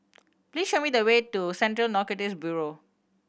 please show me the way to Central Narcotics Bureau